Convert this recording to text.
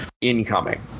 incoming